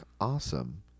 Awesome